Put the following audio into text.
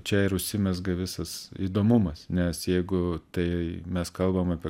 čia ir užsimezga visas įdomumas nes jeigu tai mes kalbam apie